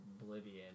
Oblivion